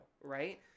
right